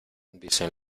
dicen